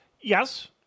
Yes